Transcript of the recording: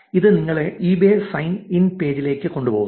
ഇത് നിങ്ങളെ eBay sign in പേജിലേക്ക് കൊണ്ടുപോകും